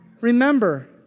remember